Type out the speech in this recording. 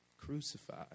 Crucified